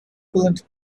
coolant